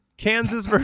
Kansas